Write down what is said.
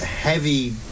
heavy